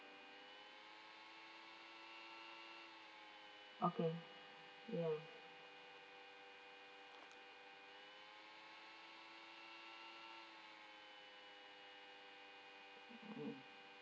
okay ya mm